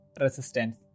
resistance